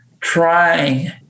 trying